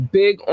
big